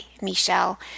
Michelle